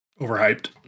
overhyped